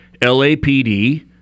LAPD